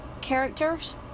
characters